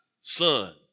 son